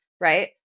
right